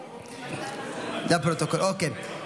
זה לפרוטוקול, אוקיי.